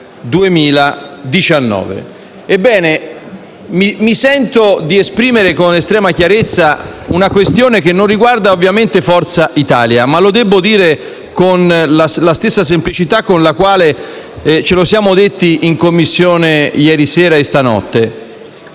Ebbene, mi sento di esprimere con estrema chiarezza una questione che non riguarda ovviamente Forza Italia, ma lo debbo dire con la stessa semplicità con la quale ce lo siamo detti in Commissione ieri sera e stanotte: